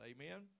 Amen